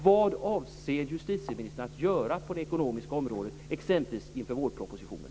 Vad avser justitieministern att göra på det ekonomiska området, exempelvis inför vårpropositionen?